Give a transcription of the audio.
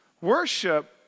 Worship